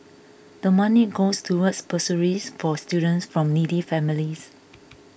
the money goes towards bursaries for students from needy families